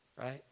right